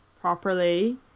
properly